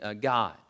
God